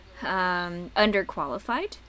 underqualified